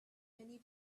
many